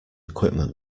equipment